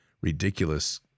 ridiculous